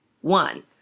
One